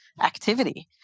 activity